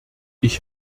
ich